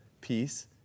peace